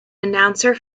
announcer